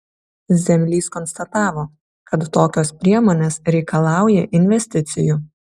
zemlys konstatavo kad tokios priemonės reikalauja investicijų